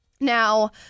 Now